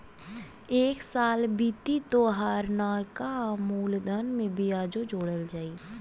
एक साल बीती तोहार नैका मूलधन में बियाजो जोड़ा जाई